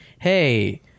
hey